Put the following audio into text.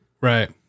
Right